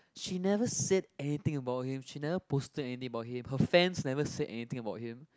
she never said anything about him she never posted anything about him her fans never said anything about him